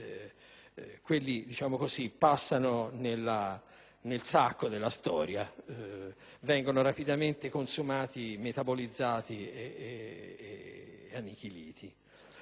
dei redditi; questi passano nel sacco della storia e vengono rapidamente consumati, metabolizzati e annichiliti.